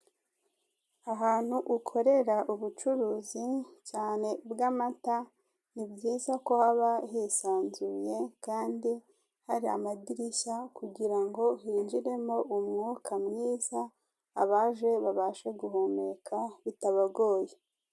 Ahantu ukorera ubucuruzi cyane ubw'amata, ni byiza ko haba hisanzuye kandi hari amadirishya, kugira ngo hinjiremo umwuka mwiza abaje babashe guhumeka btabagoye.